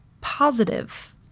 positive